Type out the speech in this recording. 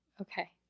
Okay